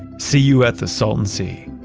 see you at the salton sea,